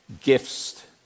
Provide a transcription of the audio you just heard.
gifts